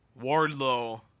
Wardlow